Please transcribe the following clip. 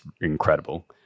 incredible